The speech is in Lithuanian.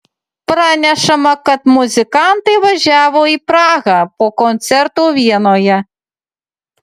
pranešama kad muzikantai važiavo į prahą po koncertų vienoje